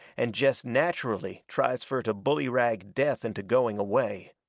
and jest natcherally tries fur to bullyrag death into going away.